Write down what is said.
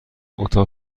اتاق